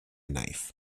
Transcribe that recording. knife